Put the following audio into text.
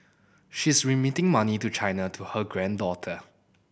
she's remitting money to China to her granddaughter